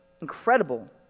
incredible